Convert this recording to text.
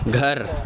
گھر